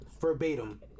Verbatim